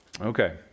Okay